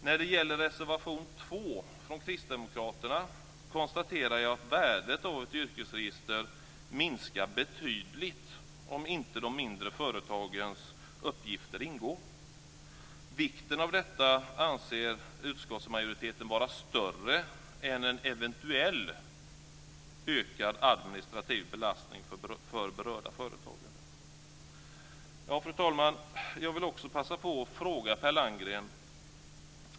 När det gäller reservation 2 från Kristdemokraterna konstaterar jag att värdet av ett yrkesregister minskar betydligt om inte de mindre företagens uppgifter ingår. Vikten av detta anser utskottsmajoriteten vara större än en eventuell ökad administrativ belastning för berörda företagare. Fru talman! Jag vill också passa på att ställa en fråga till Per Landgren.